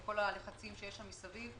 עם כל הלחצים שהיו שם מסביב.